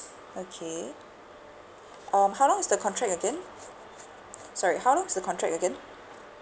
okay um how long is the contract again sorry how long is the contract again